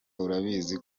urabizi